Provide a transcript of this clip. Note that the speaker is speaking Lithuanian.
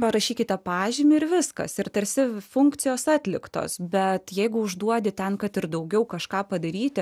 parašykite pažymį ir viskas ir tarsi funkcijos atliktos bet jeigu užduodi ten kad ir daugiau kažką padaryti